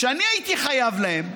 כשאני הייתי חייב להם,